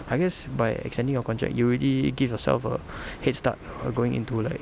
I guess by extending our contract you already give yourself a headstart of going into like